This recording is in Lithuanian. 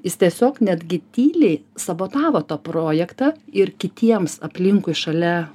jis tiesiog netgi tyliai sabotavo tą projektą ir kitiems aplinkui šalia